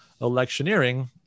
electioneering